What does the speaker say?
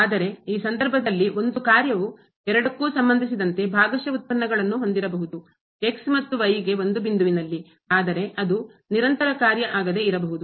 ಆದರೆ ಈ ಸಂದರ್ಭದಲ್ಲಿ ಒಂದು ಕಾರ್ಯವು ಎರಡಕ್ಕೂ ಸಂಬಂಧಿಸಿದಂತೆ ಭಾಗಶಃ ಉತ್ಪನ್ನಗಳನ್ನು ಹೊಂದಿರಬಹುದು ಮತ್ತು ಗೆ ಒಂದು ಬಿಂದುವಿನಲ್ಲಿ ಆದರೆ ಅದು ನಿರಂತರ ಕಾರ್ಯ ಆಗದೆ ಇರಬಹುದು